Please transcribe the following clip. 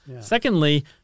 Secondly